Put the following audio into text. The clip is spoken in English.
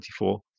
24